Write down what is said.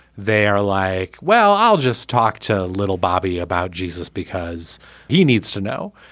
they are like, well, i'll just talk to little bobby about jesus because he needs to know.